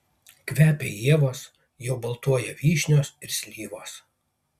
kvepia ievos jau baltuoja vyšnios ir slyvos